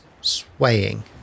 swaying